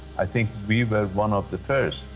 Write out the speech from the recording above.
i think we were one of the first,